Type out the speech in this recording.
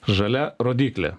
žalia rodyklė